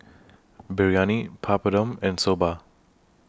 Biryani Papadum and Soba